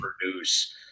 produce